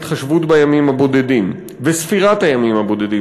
ההתחשבות בימים הבודדים וספירת הימים הבודדים